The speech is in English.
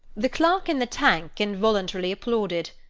the clerk in the tank involuntarily applauded.